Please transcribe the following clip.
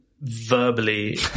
verbally